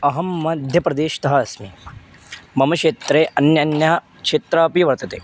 अहं मध्यप्रदेशतः अस्मि मम क्षेत्रे अन्य अन्य क्षेत्रापि वर्तते